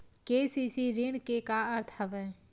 KCC ऋण के का अर्थ हवय?